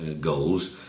goals